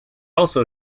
also